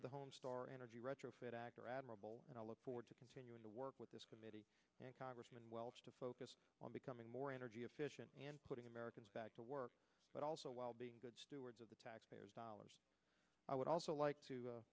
of the homestar energy retrofit act are admirable and i look forward to continuing to work with this committee congressman welch to focus on becoming more energy efficient and putting americans back to work but also while being good stewards of the taxpayers dollars i would also like to